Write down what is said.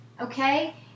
Okay